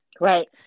right